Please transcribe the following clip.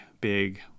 big